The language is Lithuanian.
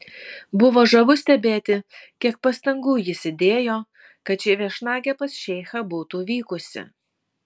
buvo žavu stebėti kiek pastangų jis įdėjo kad ši viešnagė pas šeichą būtų vykusi